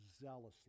zealously